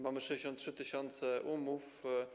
Mamy 63 tys. umów.